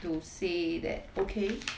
to say that okay